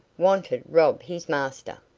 wanted rob his master!